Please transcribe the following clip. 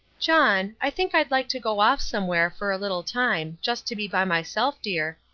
john, i think i'd like to go off somewhere for a little time, just to be by myself, dear,